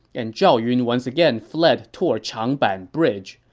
and zhao yun once again fled toward changban bridge.